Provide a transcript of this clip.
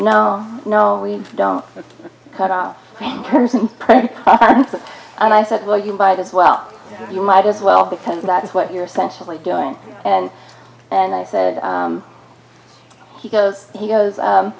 no no we don't cut off and i said well you might as well you might as well because that is what you're specially doing and and i said he goes he goes